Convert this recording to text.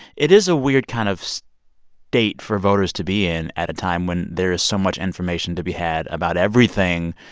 it is a weird kind of state for voters to be in at a time when there is so much information to be had about everything,